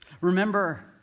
Remember